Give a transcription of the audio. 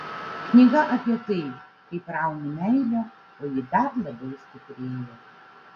knyga apie tai kaip rauni meilę o ji dar labiau stiprėja